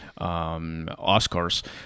Oscars